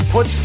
Put